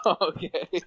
Okay